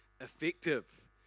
effective